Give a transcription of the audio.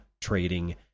trading